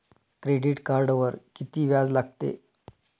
Credit कार्डवर किती व्याज लागते?